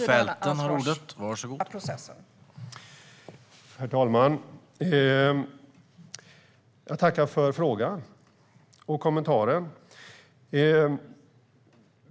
Herr talman! Jag tackar för frågan och kommentaren.